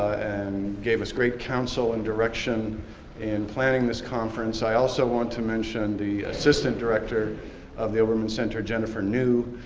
and gave us great counsel and direction in planning this conference. i also want to mention the assistant director of the obermann center, jennifer new,